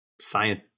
science